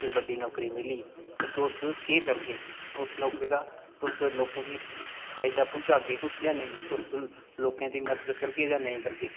कोई बड़ी नौकरी मिली ते तुस केह् करगे उस नौकरी दा लोकें गी फायदा पहुंचागे किश जां नेईं तुस लोकें दी मदद करगे कि नेईं तुसें मिगी एह् सुनाना ऐ